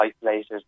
isolated